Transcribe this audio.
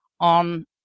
on